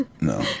No